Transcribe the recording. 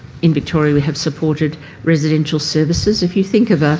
in victoria we have supported residential services. if you think of ah